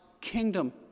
kingdom